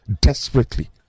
desperately